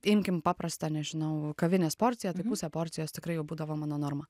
imkim paprastą nežinau kavinės porciją tai pusė porcijos tikrai jau būdavo mano norma